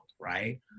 right